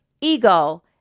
ego